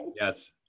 Yes